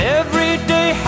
everyday